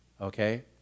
okay